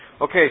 Okay